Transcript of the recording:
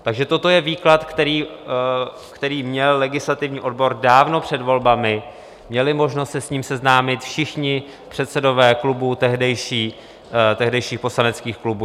Takže toto je výklad, který měl legislativní odbor dávno před volbami, měli možnost se s ním seznámit všichni předsedové klubů, tehdejších poslaneckých klubů.